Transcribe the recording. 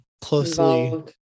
closely